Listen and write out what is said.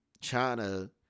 China